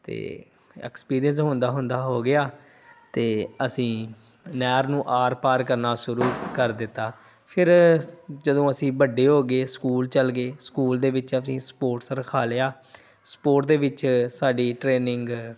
ਅਤੇ ਐਕਸਪੀਰੀਅੰਸ ਹੁੰਦਾ ਹੁੰਦਾ ਹੋ ਗਿਆ ਅਤੇ ਅਸੀਂ ਨਹਿਰ ਨੂੰ ਆਰ ਪਾਰ ਕਰਨਾ ਸ਼ੁਰੂ ਕਰ ਦਿੱਤਾ ਫਿਰ ਜਦੋਂ ਅਸੀਂ ਵੱਡੇ ਹੋ ਗਏ ਸਕੂਲ ਚੱਲ ਗਏ ਸਕੂਲ ਦੇ ਵਿੱਚ ਆਪਣੀ ਸਪੋਰਟਸ ਰਖਾ ਲਿਆ ਸਪੋਰਟ ਦੇ ਵਿੱਚ ਸਾਡੀ ਟ੍ਰੇਨਿੰਗ